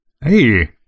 Hey